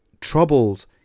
troubles